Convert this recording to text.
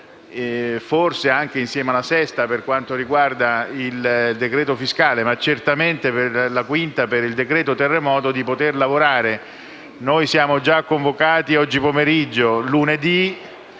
(forse anche insieme alla 6a per quanto riguarda il decreto fiscale ma certamente per il decreto terremoto) di poter lavorare. La Commissione è già convocata oggi pomeriggio e lunedì.